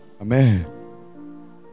Amen